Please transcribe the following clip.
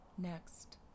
Next